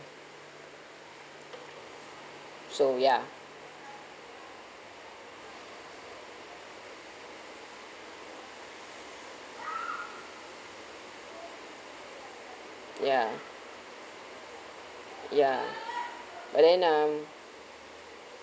so ya ya ya but then um